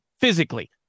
physically